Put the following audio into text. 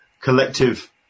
collective